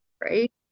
right